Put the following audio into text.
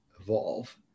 evolve